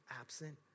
absent